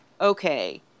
okay